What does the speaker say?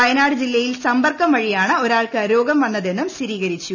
വയനാട് ജില്ലയിൽ സമ്പർക്കം വഴിയാണ് ഒരാൾക്ക് രോഗം വന്നത് എന്നും സ്ഥിരീകരിച്ചു